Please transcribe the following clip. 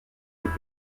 des